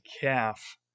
calf